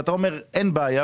אתה אומר אין בעיה,